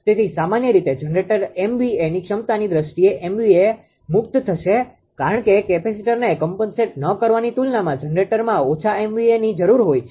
તેથી સામાન્ય રીતે જનરેટર MVA ક્ષમતાની દ્રષ્ટિએ MVA મુક્ત થશે કારણ કે કેપેસિટરને કોમ્પનસેટ ન કરવાની તુલનામાં જનરેટરમાં ઓછા MVAની જરૂર હોય છે